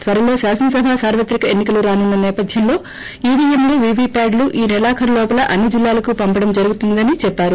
త్వరలో శాసనసభ సార్వత్రిక ఎన్ని కలు రానున్న నేపథ్యంలో ఈవీఎంలు వివిప్యాడ్లు ఈనెలాఖరులోపల అన్ని జిల్లాలకు పంపడం జరుగుతుందని చెప్పారు